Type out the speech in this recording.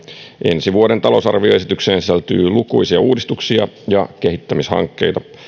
ensi vuoden talousarvioesitykseen sisältyy lukuisia uudistuksia ja kehittämishankkeita